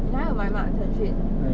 你还有买吗腾讯